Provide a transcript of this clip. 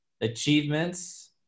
achievements